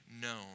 known